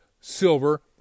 silver